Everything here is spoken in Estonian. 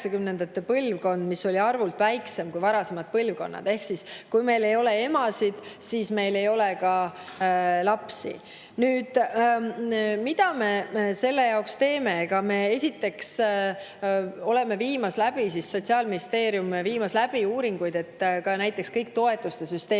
põlvkond, mis on arvult väiksem kui varasemad põlvkonnad. Ehk siis, kui meil ei ole emasid, siis meil ei ole ka lapsi. Nüüd, mida me selle jaoks teeme? Esiteks, Sotsiaalministeerium on viimas läbi uuringuid näiteks kõigi toetuste süsteemide